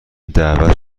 دعوت